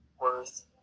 worth